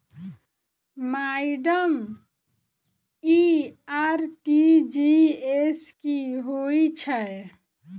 Madam इ RTGS की होइ छैय?